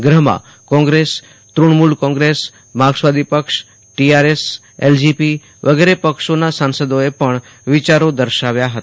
ગૃહમાં કોંગ્રેસ તૃણમૂલ કોંગ્રેસ માર્કસવાદી પક્ષ ટીઆરએસ એલજેપી વગેરેના સાંસદોએ પણ વિચારો દર્શાવ્યા હતા